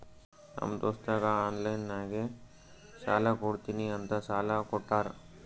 ನಮ್ ದೋಸ್ತಗ ಆನ್ಲೈನ್ ನಾಗೆ ಸಾಲಾ ಕೊಡ್ತೀನಿ ಅಂತ ಸಾಲಾ ಕೋಟ್ಟಾರ್